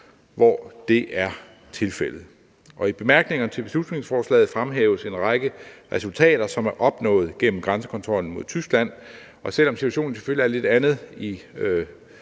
hvor det er tilfældet. I bemærkningerne til beslutningsforslaget fremhæves en række resultater, som er opnået gennem grænsekontrollen mod Tyskland, og selv om situationen selvfølgelig er en lidt anden i